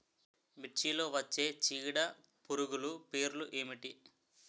మిర్చిలో వచ్చే చీడపురుగులు పేర్లు ఏమిటి?